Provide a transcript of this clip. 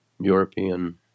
european